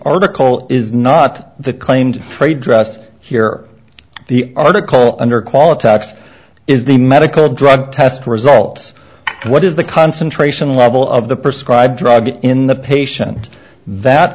article is not the claimed trade dress here the article under quality x is the medical drug test result what is the concentration level of the prescribe drug in the patient that